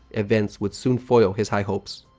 events would soon foil his high hopes.